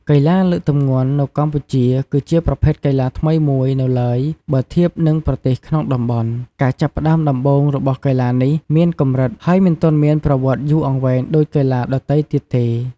កីឡាលើកទម្ងន់នៅកម្ពុជាគឺជាប្រភេទកីឡាថ្មីមួយនៅឡើយបើធៀបនឹងប្រទេសក្នុងតំបន់។ ការចាប់ផ្តើមដំបូងរបស់កីឡានេះមានកម្រិត ហើយមិនទាន់មានប្រវត្តិយូរអង្វែងដូចកីឡាដទៃទៀតទេ។